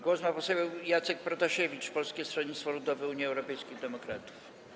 Głos ma poseł Jacek Protasiewicz, Polskie Stronnictwo Ludowe - Unia Europejskich Demokratów.